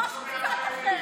משהו קצת אחר.